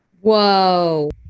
Whoa